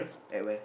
at where